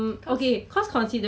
他是